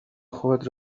خود